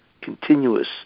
continuous